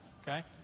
Okay